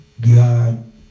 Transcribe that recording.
God